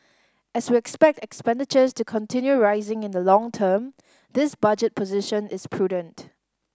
as we expect expenditures to continue rising in the long term this budget position is prudent